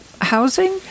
housing